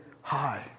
high